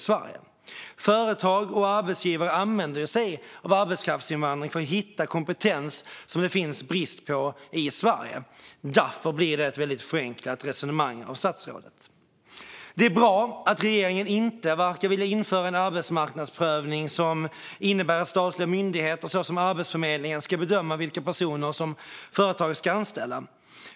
Företag och arbetsgivare använder sig av arbetskraftsinvandring för att hitta kompetens som det finns brist på i Sverige. Därför blir det ett väldigt förenklat resonemang av statsrådet. Det är bra att regeringen inte verkar vilja införa en arbetsmarknadsprövning som innebär att statliga myndigheter, såsom Arbetsförmedlingen, ska bedöma vilka personer företagen ska anställa.